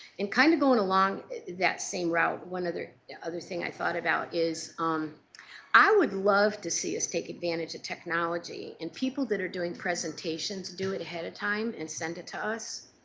and kind of going along that same route, one other yeah other thing i thought about is um i would love to see us take advantage of technology and people that are doing presentations do it ahead of time and send it to us.